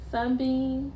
Sunbeam